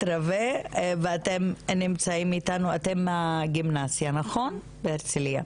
רווה והם מהגימנסיה בהרצליה.